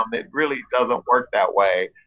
um it really doesn't work that way.